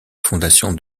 fondation